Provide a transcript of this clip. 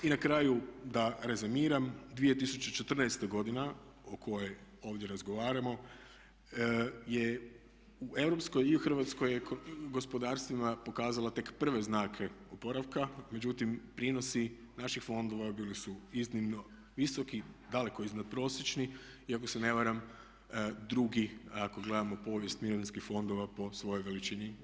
I na kraju da rezimiram, 2014.godina o kojoj ovdje razgovaramo je u europskoj i u hrvatskoj gospodarstvima pokazala tek prve znake oporavka, međutim prinosi naših fondova bili su iznimno visoki daleko iznad prosječni i ako se ne varam drugi ako gledamo povijest mirovinskih fondova po svojoj veličini.